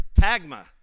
tagma